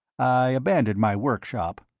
i abandoned my work-shop,